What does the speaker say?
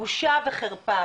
בושה וחרפה,